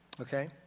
okay